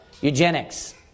eugenics